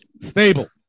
stable